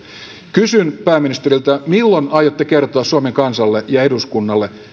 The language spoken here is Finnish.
kysyn pääministeriltä milloin aiotte kertoa suomen kansalle ja eduskunnalle